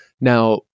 Now